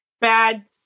Bad